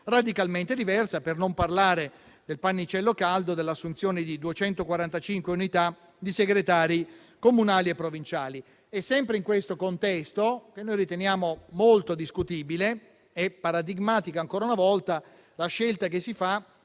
radicalmente diversa. Per non parlare del pannicello caldo dell'assunzione di 245 unità di segretari comunali e provinciali. Sempre in questo contesto, che noi riteniamo molto discutibile, è paradigmatica ancora una volta la scelta che si fa